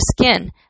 skin